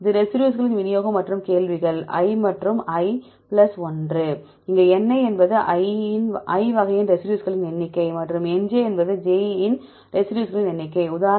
இது ரெசிடியூஸ்களின் விநியோகம் மற்றும் கேள்விகள் i மற்றும் i பிளஸ் 1 இங்கே Ni என்பது i வகையின் ரெசிடியூஸ்களின் எண்ணிக்கை மற்றும் Nj என்பது வகை j இன் ரெசிடியூஸ்களின் எண்ணிக்கை